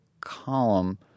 column